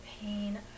pain